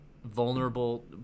vulnerable